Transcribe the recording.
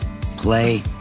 play